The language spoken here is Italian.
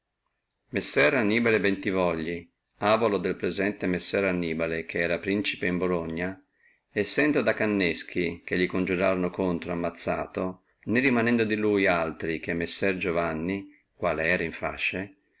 messer annibale bentivogli avolo del presente messer annibale che era principe in bologna sendo da canneschi che li coniurorono contro suto ammazzato né rimanendo di lui altri che messer giovanni che era in fasce